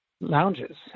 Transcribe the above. lounges